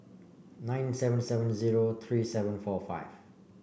nine seven seven zero three seven four five